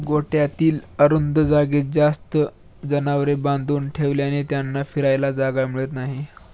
गोठ्यातील अरुंद जागेत जास्त जनावरे बांधून ठेवल्याने त्यांना फिरायला जागा मिळत नाही